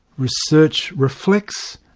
research reflects,